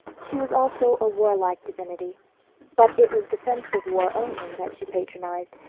she was also a warlike divinity but it was defensive war only that she patronized,